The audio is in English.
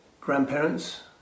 Grandparents